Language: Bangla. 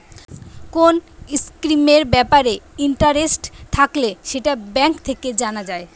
কোন স্কিমের ব্যাপারে ইন্টারেস্ট থাকলে সেটা ব্যাঙ্ক থেকে জানা যায়